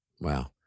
Wow